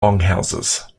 longhouses